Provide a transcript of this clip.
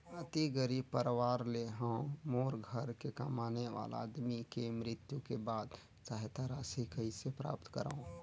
अति गरीब परवार ले हवं मोर घर के कमाने वाला आदमी के मृत्यु के बाद सहायता राशि कइसे प्राप्त करव?